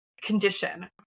condition